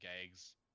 gags